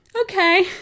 Okay